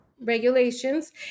regulations